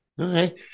Okay